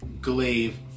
Glaive